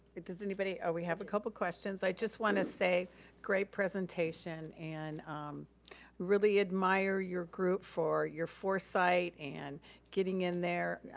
does anybody? oh, we have a couple questions. i just wanna say great presentation and really admire your group for your foresight and getting in there, yeah